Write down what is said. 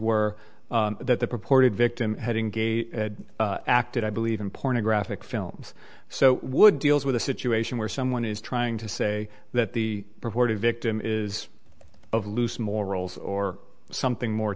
were that the purported victim had in gay acted i believe in pornographic films so would deals with a situation where someone is trying to say that the purported victim is of loose morals or something more